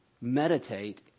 meditate